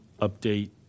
update